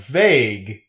vague